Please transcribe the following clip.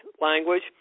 language